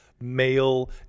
male